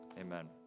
amen